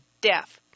death